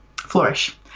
flourish